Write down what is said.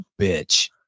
bitch